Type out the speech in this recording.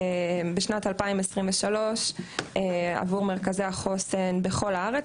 בשנת 2023 עבור מרכזי החוסן בכל הארץ,